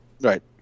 Right